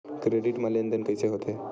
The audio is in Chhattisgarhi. क्रेडिट मा लेन देन कइसे होथे?